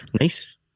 Nice